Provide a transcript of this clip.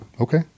okay